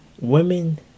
women